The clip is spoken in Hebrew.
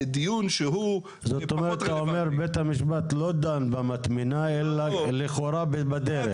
אתה אומר שבית המשפט לא דן במטמנה אלא בדרך.